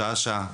שעה-שעה,